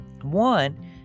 one